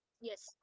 yes